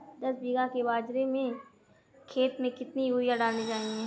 दस बीघा के बाजरे के खेत में कितनी यूरिया डालनी चाहिए?